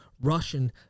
Russian